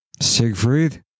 Siegfried